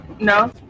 no